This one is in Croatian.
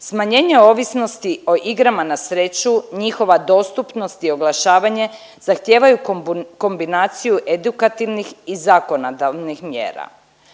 Smanjenje ovisnosti o igrama na sreću, njihova dostupnost i oglašavanje zahtijevaju kombinaciju edukativnih i zakonodavnih mjera.